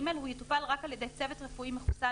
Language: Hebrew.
(ג)הוא יטופל רק על ידי צוות רפואי מחוסן